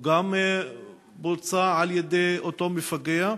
גם הוא בוצע על-ידי אותו מפגע?